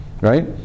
Right